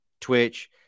Twitch